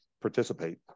participate